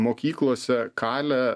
mokyklose kalę